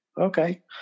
okay